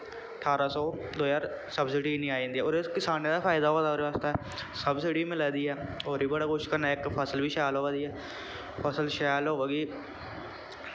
ठारां सौ दो ज्हार सब्सिडी इन्नी आई जंदी ऐ होर किसाने दा फायदा होआ दा ओह्दे बास्तै सब्सिडी बी मिला दी ऐ होर बी बड़ा कुछ कन्नै इक फसल बी शैल होआ दी ऐ फसल शैल होएगी